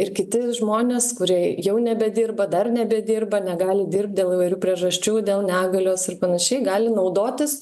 ir kiti žmonės kurie jau nebedirba dar nebedirba negali dirbt dėl įvairių priežasčių dėl negalios ir panašiai gali naudotis